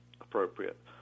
appropriate